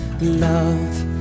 love